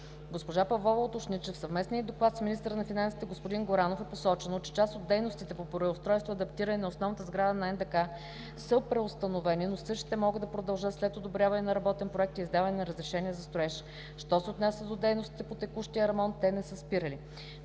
Госпожа Павлова уточни, че в съвместния й доклад с министъра на финансите – господин Владислав Горанов е посочено, че част от дейностите по преустройството и адаптирането на основната сграда на НДК са преустановени, но същите могат да продължат след одобряването на работен проект и издаване на разрешения за строеж. Що се отнася до дейностите по текущия ремонт те не са спирали.